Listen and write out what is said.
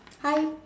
hi